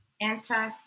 anti